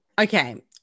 okay